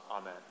Amen